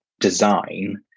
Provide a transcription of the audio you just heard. Design